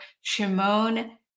Shimon